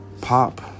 Pop